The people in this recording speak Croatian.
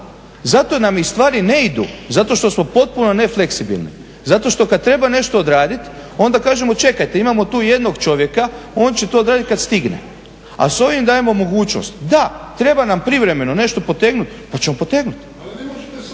zato nam i stvari ne idu, zato što smo potpuno nefleksibilni, zato što kad treba nešto odraditi onda kažemo čekajte, imamo tu jednog čovjeka, on će to odradit kad stigne. A sa ovim dajemo mogućnost da, treba nam privremeno nešto potegnut pa ćemo potegnut.